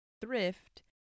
Thrift